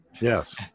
Yes